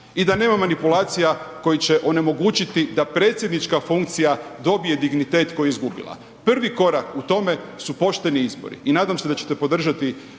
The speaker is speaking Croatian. i da nema manipulacija koje će onemogućiti da predsjednička funkcija dobije dignitet koji je izgubila. Prvi korak u tome su pošteni izbori i nadam se da ćete podržati